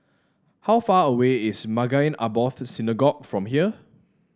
how far away is Maghain Aboth Synagogue from here